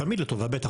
תמיד לטובה, בטח.